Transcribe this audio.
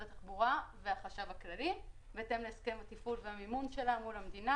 התחבורה והחשב הכללי בהתאם להסכם התפעול והמימון שלה מול המדינה,